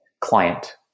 client